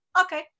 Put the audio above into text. okay